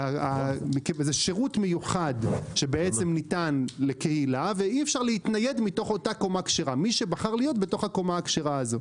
זה שירות מיוחד שניתן לקהילה ולמי שבחר להיות בתוך הקומה הכשרה הזאת,